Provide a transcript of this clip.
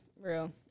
Real